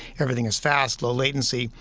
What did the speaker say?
everything is fast, low latency.